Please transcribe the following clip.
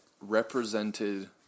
represented